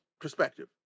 perspective